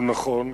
הוא נכון.